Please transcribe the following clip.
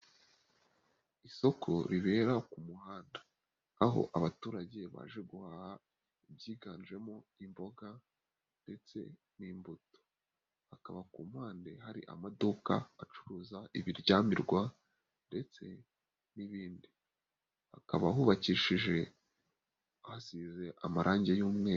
Isoko ribera ku muhanda. Aho abaturage baje guhaha, ibyiganjemo imboga, ndetse n'imbuto. Hakaba ku mpande hari amaduka acuruza ibiryamirwa, ndetse n'ibindi. Hakaba hubakishije, hasize amarangi y'umweru.